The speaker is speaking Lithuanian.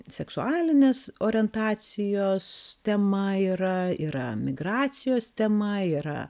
seksualinės orientacijos tema yra yra migracijos tema yra